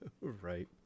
Right